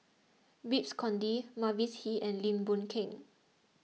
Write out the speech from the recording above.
Babes Conde Mavis Hee and Lim Boon Keng